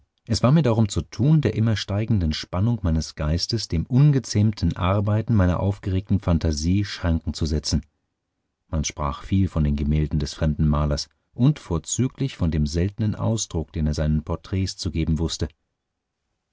es war mir darum zu tun der immer steigenden spannung meines geistes dem ungezähmten arbeiten meiner aufgeregten phantasie schranken zu setzen man sprach viel von den gemälden des fremden malers und vorzüglich von dem seltnen ausdruck den er seinen porträts zu geben wüßte